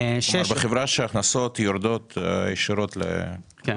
כלומר בחברה שההכנסות יורדות ישירות לבעל --- כן,